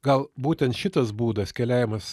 gal būtent šitas būdas keliavimas